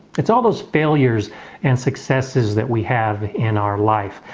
it's all those failures and successes that we have in our life.